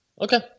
okay